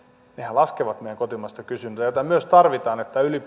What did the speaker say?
laskevat meidän kotimaista kysyntää jota myös tarvitaan että